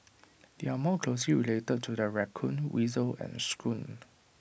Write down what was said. they are more closely related to the raccoon weasel and skunk